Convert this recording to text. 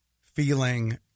feeling